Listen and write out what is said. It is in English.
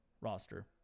roster